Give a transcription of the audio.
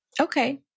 Okay